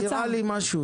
את מזכירה לי משהו.